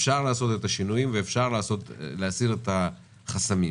אפשר לעשות שינויים ואפשר להסיר את החסמים.